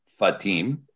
fatim